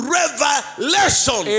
revelation